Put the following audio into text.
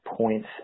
points